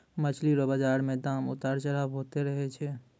मछली रो बाजार मे दाम उतार चढ़ाव होते रहै छै